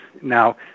Now